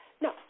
No